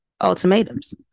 ultimatums